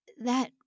That